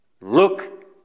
look